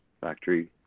factory